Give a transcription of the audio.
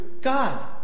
God